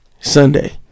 Sunday